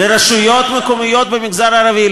לרשויות מקומיות במגזר הערבי,